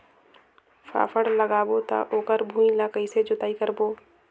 फाफण लगाबो ता ओकर भुईं ला कइसे जोताई करबो?